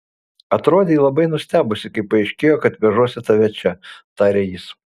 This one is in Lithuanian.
atrodei labai nustebusi kai paaiškėjo kad vežuosi tave čia tarė jis